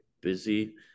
busy